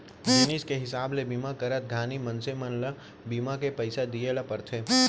जिनिस के हिसाब ले बीमा करत घानी मनसे मन ल बीमा के पइसा दिये ल परथे